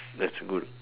that's good